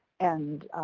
and,